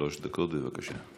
שלוש דקות, בבקשה.